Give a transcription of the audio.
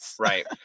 right